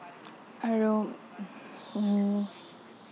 আৰু